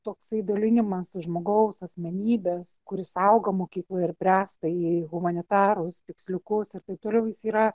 toksai dalinimas žmogaus asmenybės kuris auga mokykloje ir bręsta į humanitarus tiksliukus ir taip toliau jis yra